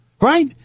Right